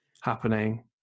happening